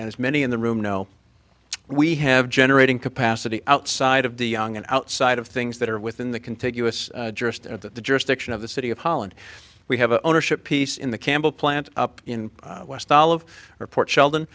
as many in the room know we have generating capacity outside of the young and outside of things that are within the contiguous just of that the jurisdiction of the city of holland we have an ownership piece in the campbell plant up in west olive report sheldon